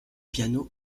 piano